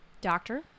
doctor